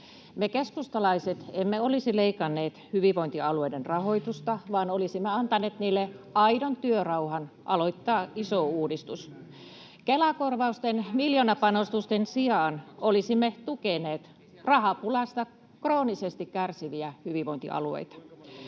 Me keskustalaiset emme olisi leikanneet hyvinvointialueiden rahoitusta, vaan olisimme antaneet niille aidon työrauhan aloittaa iso uudistus. Kela-korvausten miljoonapanostusten sijaan olisimme tukeneet rahapulasta kroonisesti kärsiviä hyvinvointialueita.